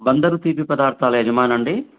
బందరు తీపి పదార్థాలు యజమానా అండి